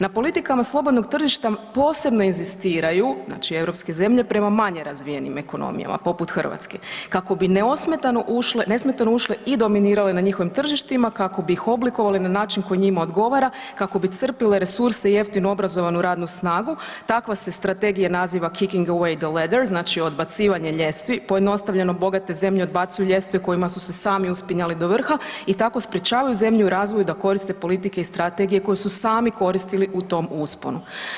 Na politikama slobodnog tržišta posebno egzistiraju, znači europske zemlje prema manje razvijenim ekonomijama poput Hrvatske kako bi neosmetano ušle, nesmetano ušle i dominirale na njihovim tržištima kako bi ih oblikovali na način koji njima odgovara, kako bi crpile resurse jeftino obrazovanu radnu snagu, takva se strategija naziva … [[Govornik se ne razumije]] znači odbacivanje ljestvi, pojednostavljeno bogate zemlje odbacuju ljestve kojima su se sami uspinjali do vrha i tako sprječavaju zemlje u razvoju da koriste politike i strategije koje su sami koristili u tom usponu.